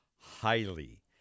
highly